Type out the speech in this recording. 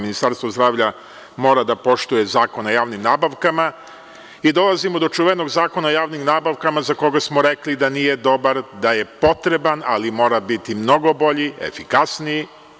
Ministarstvo zdravlja mora da poštuje Zakon o javnim nabavkama i dolazimo do čuvenog Zakona o javnim nabavkama, za koga smo rekli da nije dobar, da je potreban, ali mora biti mnogo bolji i efikasniji.